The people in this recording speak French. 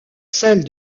celle